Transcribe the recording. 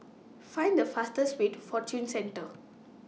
Find The fastest Way to Fortune Centre